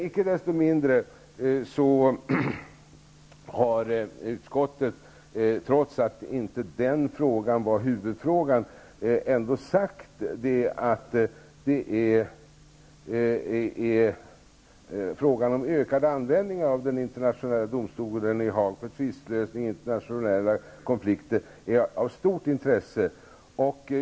Icke desto mindre har utskottet, trots att den frågan inte var huvudfrågan, ändå sagt att frågan om ökad användning av den internationella domstolen i Haag för tvistlösning i internationella konflikter är av stort intresse.